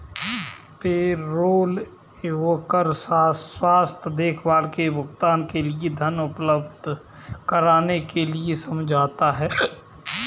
payroll कर स्वास्थ्य देखभाल के भुगतान के लिए धन उपलब्ध कराने के लिए समझौता है